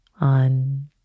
on